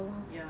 ya